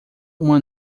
uma